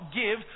give